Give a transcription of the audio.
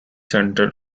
centered